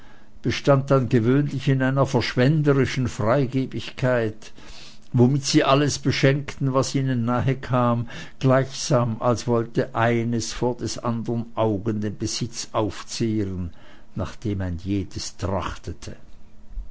bestand dann gewöhnlich in einer verschwenderischen freigebigkeit womit sie alles beschenkten was ihnen zu nahe kam gleichsam als wollte eines vor des andern augen den besitz aufzehren nach dem ein jedes